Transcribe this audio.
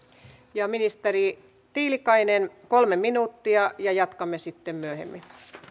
ministeri tiilikainen kolme minuuttia ja jatkamme sitten myöhemmin